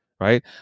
Right